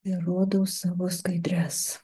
ir rodau savo skaidres